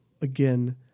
Again